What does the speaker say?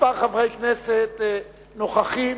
כמה חברי כנסת נוכחים,